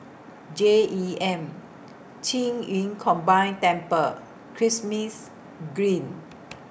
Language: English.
J E M Qing Yun Combined Temple Kismis Green